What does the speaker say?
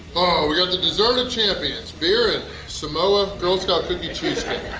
oh! we got the dessert of champions! beer and samoa girl scout cookie cheesecake!